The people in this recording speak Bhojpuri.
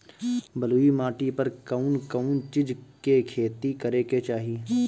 बलुई माटी पर कउन कउन चिज के खेती करे के चाही?